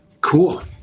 Cool